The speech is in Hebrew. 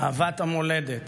אהבת המולדת